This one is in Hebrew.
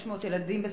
500 ילדים בסיכון,